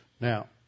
Now